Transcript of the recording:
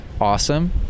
Awesome